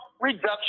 reduction